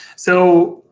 so,